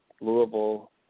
Louisville